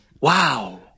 wow